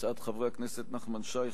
של חברי הכנסת נחמן שי,